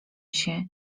się